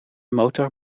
motor